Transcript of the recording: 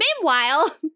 Meanwhile